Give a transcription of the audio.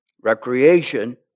Recreation